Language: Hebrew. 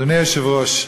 אדוני היושב-ראש,